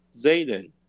Zayden